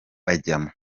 bajyamo